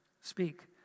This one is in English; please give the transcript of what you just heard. speak